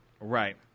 Right